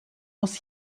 aus